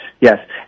yes